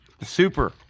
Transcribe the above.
Super